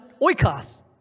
oikos